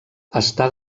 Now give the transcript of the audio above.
està